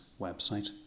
website